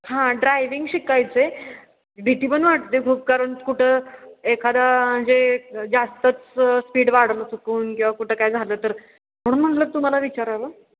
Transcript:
हां ड्रायविंग शिकायचं आहे भीती पण वाटते खूप कारण कुठं एखादा म्हणजे जास्तच स्पीड वाढवलं चुकून किंवा कुठं काय झालं तर म्हणून म्हटलं तुम्हाला विचारावं